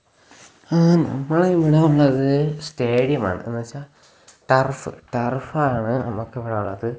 നമ്മുടെ ഇവിടെ ഉള്ളത് സ്റ്റേഡിയമാണ് എന്നു വെച്ചാൽ ടറഫ് ടറഫാണ് നമുക്ക് ഇവിടെ ഉള്ളത്